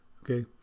okay